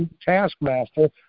taskmaster